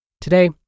Today